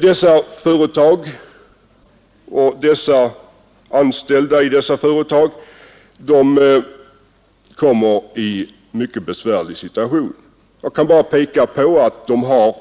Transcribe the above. Dessa företag och de anställda i dem kommer i en mycket besvärlig situation. Jag kan bara peka på att ägarna